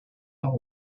los